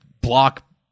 block